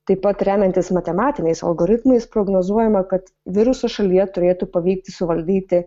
taip pat remiantis matematiniais algoritmais prognozuojama kad virusą šalyje turėtų pavykti suvaldyti